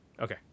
okay